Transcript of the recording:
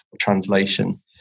translation